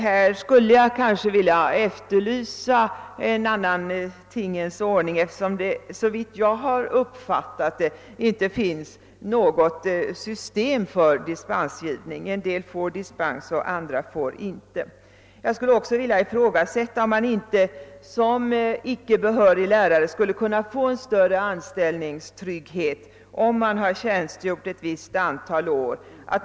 Här skulle jag kanske vilja efterlysa en annan tingens ordning, eftersom det, såvitt jag vet, inte finns något system för dispensgivning: en del får dispens, andra inte. Jag skulle också vilja ifrågasätta, om man inte som icke behörig lärare skulle kunna få en större anställningstrygghet, därest man har tjänstgjort ett visst antal år.